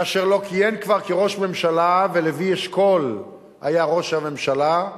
כאשר לא כיהן כבר כראש ממשלה ולוי אשכול היה ראש הממשלה,